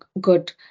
good